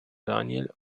daniel